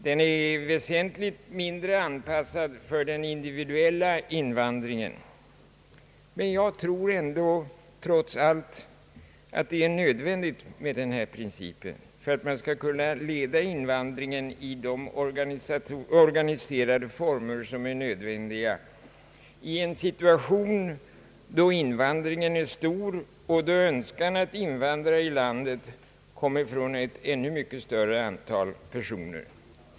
Den är väsentligt mindre anpassad för den individuella invandringen. Men jag tror ändå trots allt att det är nödvändigt med denna princip för att man skall kunna leda invandringen i de organiserade former som är nödvändiga i en situation då invandringen är stor och då önskan att in Ang. utlänningspolitiken, m.m. vandra i landet kommer från ett ännu mycket större antal personer.